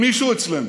אם מישהו אצלנו